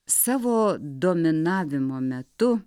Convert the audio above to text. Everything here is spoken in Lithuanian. savo dominavimo metu